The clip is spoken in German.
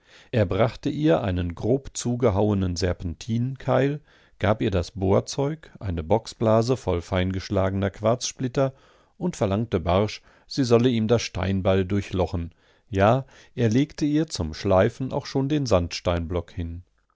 er brachte ihr einen grob zugehauenen serpentinkeil gab ihr das bohrzeug eine bocksblase voll feingeschlagener quarzsplitter und verlangte barsch sie solle ihm das steinbeil durchlochen ja er legte ihr zum schleifen auch schon den sandsteinblock hin